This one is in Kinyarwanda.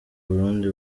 burundi